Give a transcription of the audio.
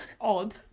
odd